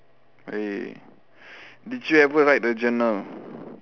eh did you ever write a journal